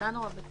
קטן או רבתי?